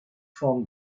from